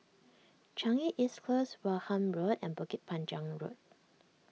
Changi East Close Wareham Road and Bukit Panjang Road